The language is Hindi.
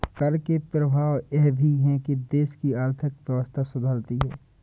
कर के प्रभाव यह भी है कि देश की आर्थिक व्यवस्था सुधरती है